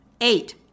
Eight